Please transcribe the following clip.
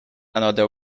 another